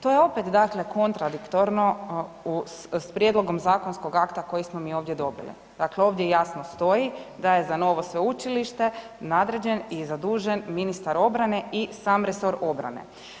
To je opet kontradiktorno s prijedlogom zakonskog akta koji smo mi ovdje dobili, dakle ovdje jasno stoji da je za sveučilište nadređen i zadužen ministar obrane i sam resor obrane.